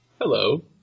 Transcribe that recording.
hello